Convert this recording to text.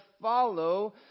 follow